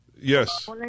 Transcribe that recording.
Yes